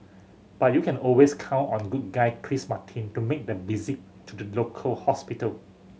but you can always count on good guy Chris Martin to make the visit to the local hospital